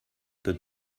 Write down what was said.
that